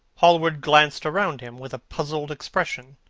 hallward glanced round him with a puzzled expression.